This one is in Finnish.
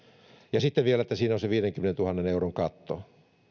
ja sitten vielä siinä on viidenkymmenentuhannen euron katto